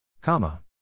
Comma